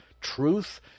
truth